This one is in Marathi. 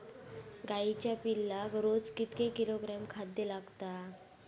गाईच्या पिल्लाक रोज कितके किलोग्रॅम खाद्य लागता?